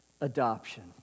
adoption